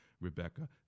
Rebecca